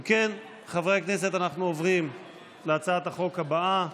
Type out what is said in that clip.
אם כן, חברי הכנסת, אנחנו עוברים להצעת החוק הבאה,